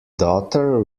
daughter